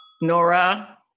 Nora